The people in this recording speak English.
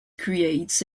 creates